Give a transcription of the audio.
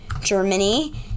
Germany